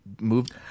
moved